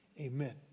amen